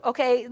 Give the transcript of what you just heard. Okay